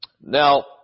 Now